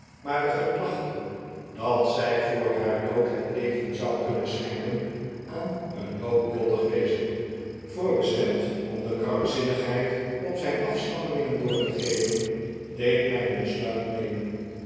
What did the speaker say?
maar de gedachte dat zij voor haar dood het leven zou kunnen sehenken aan een noodlo ttig wezen voorbestemd om de krankzinnigheid op zijn afstammelingen over te brengen deed mij een besluit nemen